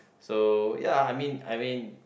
so ya I mean I mean